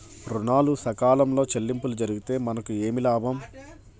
ఋణాలు సకాలంలో చెల్లింపు జరిగితే మనకు ఏమి లాభం?